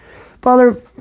Father